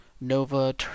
Nova